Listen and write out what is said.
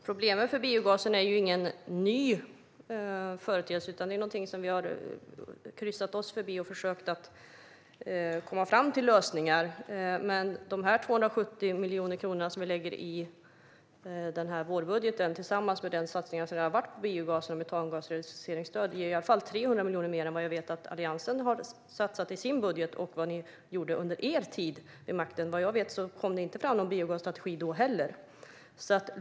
Fru talman! Problemen för biogasen är ingen ny företeelse, utan det är någonting som vi har kryssat oss förbi och försökt att komma fram till lösningar på. Men de 270 miljoner som vi lägger i den här vårbudgeten, tillsammans med den satsning som har varit på biogas och metangas i investeringsstöd, ger i alla fall 300 miljoner mer än vad jag vet att Alliansen har satsat i sin budget och vad ni gjorde under er tid vid makten. Vad jag vet kom det inte fram någon biogasstrategi då heller.